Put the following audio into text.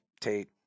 Tate